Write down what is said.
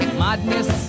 madness